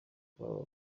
baba